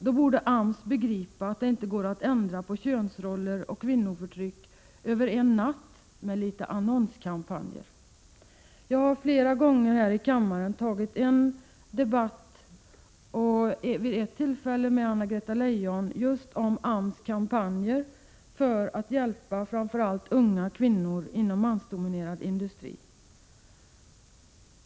Då borde AMS begripa att det inte går att ändra på könsroller och kvinnoförtryck över en natt med lite annonskampanjer.” Jag har flera gånger här i kammaren tagit en debatt — vid ett tillfälle med Anna-Greta Leijon — just om AMS:s kampanjer för att hjälpa framför allt unga kvinnor inom mansdominerad industri.